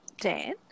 Dan